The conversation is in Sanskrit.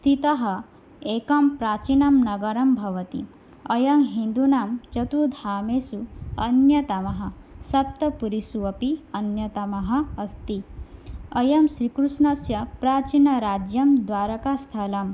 स्थितम् एकं प्राचीनं नगरं भवति अयं हिन्दूनां चतुर्धामसु अन्यतमः सप्तपुरीषु अपि अन्यतमः अस्ति अयं श्रीकृष्णस्य प्राचीनराज्यं द्वारकास्थलम्